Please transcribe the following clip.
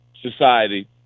society